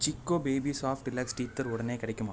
Chicco baby soft relax teethers உடனே கிடைக்குமா